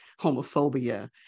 homophobia